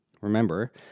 Remember